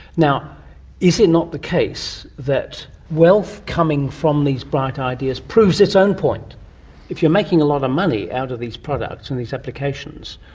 is it not the case that wealth coming from these bright ideas proves its own point if you're making a lot of money out of these products and these applications,